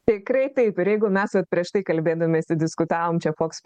tikrai taip ir jeigu mes vat prieš tai kalbėdamiesi diskutavom čia koks